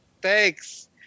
thanks